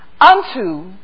unto